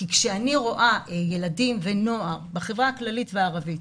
כי כשאני רואה ילדים ונוער בחברה הכללית והערבית,